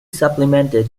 supplemented